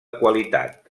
qualitat